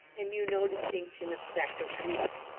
and knew no distinction of sect or creed.